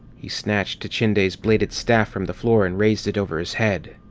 he snatched tichinde's bladed staff from the floor and raised it over his head,